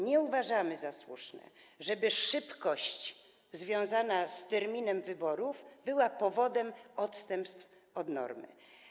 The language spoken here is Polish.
Nie uważamy za słuszne, żeby szybkość związana z terminem wyborów była powodem odstępstw od normy.